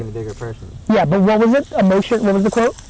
and bigger person. yeah, but what was it? emotion, what was the quote?